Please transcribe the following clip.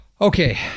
Okay